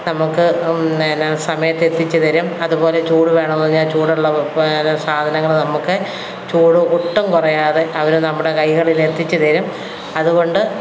നമുക്ക് എന്നാൽ സമയത്തെത്തിച്ചു തരും അതു പോലെ ചൂടു വേണം പറഞ്ഞാൽ ചൂടുള്ള വ പിന്നെ സാധനങ്ങൾ നമുക്ക് ചൂട് ഒട്ടും കുറയാതെ അവർ നമ്മുടെ കൈകളിലെത്തിച്ചു തരും അതു കൊണ്ട്